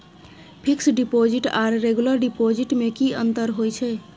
Fix deposit आर regular deposit में की अंतर होय छै?